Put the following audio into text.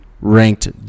ranked